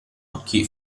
occhi